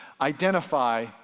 identify